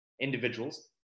individuals